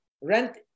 rent